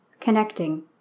Connecting